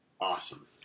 Awesome